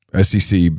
SEC